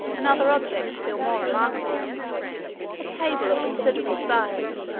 another object still more remarkable a table of considerable size,